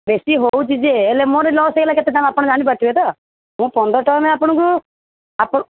ବେଶୀ ହେଉଛି ଯେ ହେଲେ ମୋର ଲସ୍ ହୋଇଗଲା କେତେ ଟଙ୍କା ଆପଣ ଜାଣିପାରୁଥିବେ ତ ମୁଁ ପନ୍ଦର ଟଙ୍କାରେ ଆପଣଙ୍କୁ ଆପଣ